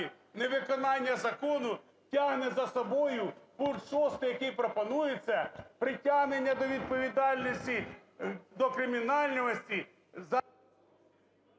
невиконання закону тягне за собою пункт 6, який пропонується, притягнення до відповідальності… до кримінальної…